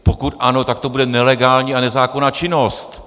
Pokud ano, tak to bude nelegální a nezákonná činnost!